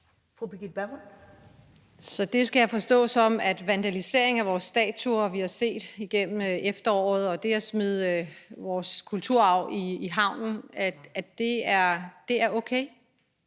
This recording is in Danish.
Bergman (KF): Så skal jeg forstå det sådan, at den vandalisering af vores statuer, vi har set igennem efteråret, og det at smide vores kulturarv i havnen, er okay?